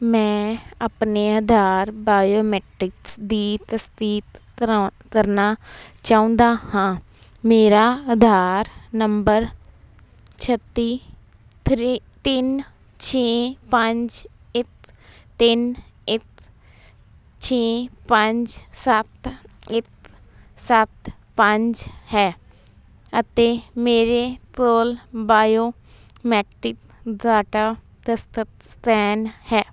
ਮੈਂ ਆਪਣੇ ਆਧਾਰ ਬਾਇਓਮੀਟ੍ਰਿਕਸ ਦੀ ਤਸਦੀਕ ਕਰਾ ਕਰਨਾ ਚਾਹੁੰਦਾ ਹਾਂ ਮੇਰਾ ਆਧਾਰ ਨੰਬਰ ਛੱਤੀ ਥ੍ਰੀ ਤਿੰਨ ਛੇ ਪੰਜ ਇੱਕ ਤਿੰਨ ਇੱਕ ਛੇ ਪੰਜ ਸੱਤ ਇੱਕ ਸੱਤ ਪੰਜ ਹੈ ਅਤੇ ਮੇਰੇ ਕੋਲ ਬਾਇਓਮੀਟ੍ਰਿਕ ਡਾਟਾ ਦਸਤਖਤ ਸਕੈਨ ਹੈ